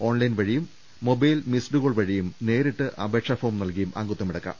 online വഴിയും mobile missed call വഴിയും നേരിട്ട് അപേ ക്ഷാഫോം നൽകിയും അംഗത്വമെടുക്കാം